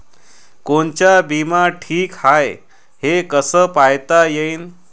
कोनचा बिमा ठीक हाय, हे कस पायता येईन?